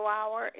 Hour